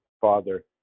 Father